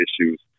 issues